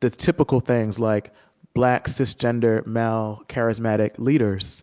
the typical things, like black, cisgender, male, charismatic leaders,